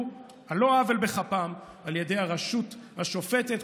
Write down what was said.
על לא עוול בכפם על ידי הרשות השופטת,